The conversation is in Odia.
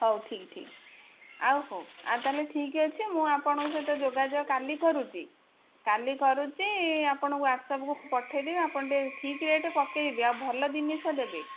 ହଉ ଠିକ୍ ଠିକ୍ ଆଉ ହଉ ଆଉ ତା'ହେଲେ ଠିକ୍ ଅଛି ମୁଁ ଆପଣଙ୍କ ସହିତ ଯୋଗାଯୋଗ କାଲି କରୁଛି କାଲି କରୁଛି ଆପଣଙ୍କ ହ୍ୱାଟସ୍ଆପ୍କୁ ପଠାଇଦେବି ଆପଣ ଟିକିଏ ଠିକ୍ ରେଟ୍ ପକାଇବେ ଆଉ ଭଲ ଜିନିଷ ଦେବେ